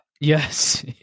Yes